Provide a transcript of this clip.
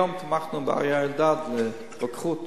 היום גם תמכנו באריה אלדד, לגבי רוקחות.